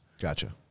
Gotcha